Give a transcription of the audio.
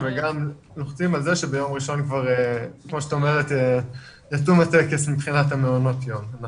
נקודה שנייה: איך אתם מנהלים את הפיצוי למעונות היום הפרטיים,